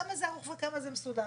כמה זה ערוך וכמה זה מסודר.